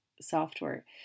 software